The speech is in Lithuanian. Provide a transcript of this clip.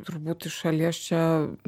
turbūt iš šalies čia